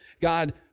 God